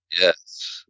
Yes